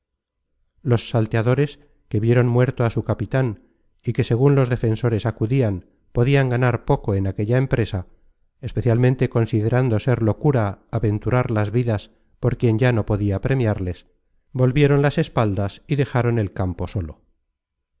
los salteadores que vieron muerto á su capitan y que segun los defensores acudian podian ganar poco en aquella empresa especialmente considerando ser locura aventurar las vidas por quien ya no podia premiarles volvieron las espaldas y dejaron el campo solo